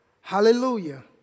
Hallelujah